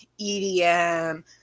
EDM